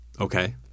Okay